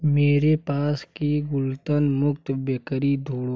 मेरे पास की गुलतन मुक्त बेकरी ढूंढ